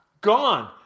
gone